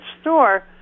store